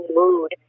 mood